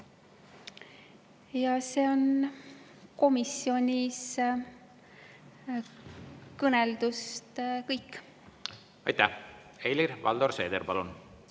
See on komisjonis kõneldust kõik. Aitäh! Helir-Valdor Seeder, palun!